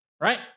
right